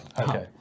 Okay